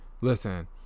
Listen